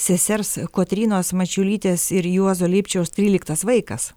sesers kotrynos mačiulytės ir juozo lipčiaus tryliktas vaikas